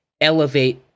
elevate